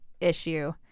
issue